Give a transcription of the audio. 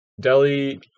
Delhi